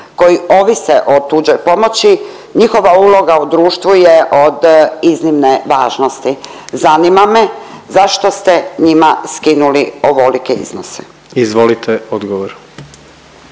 koji ovise o tuđoj pomoći, njihova uloga u društvu je od iznimne važnosti. Zanima me zašto ste njima skinuli ovolike iznose? **Jandroković,